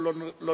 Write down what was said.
אבל הוא לא נוכח.